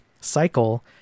cycle